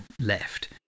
left